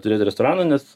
turėti restoraną nes